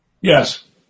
Yes